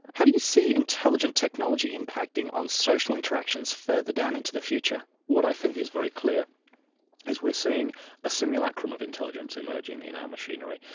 how do you see intelligent technology impacting on social interactions further down into the future? what i think is very clear is we're seeing a simulacrum of intelligence emerging in our machinery,